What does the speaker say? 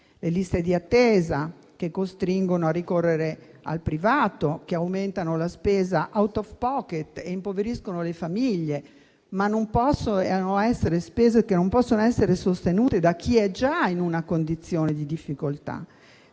Le liste di attesa costringono a ricorrere al privato, aumentano la spesa *out of pocket* e impoveriscono le famiglie, ma non possono essere spese sostenute da chi è già in una condizione di difficoltà.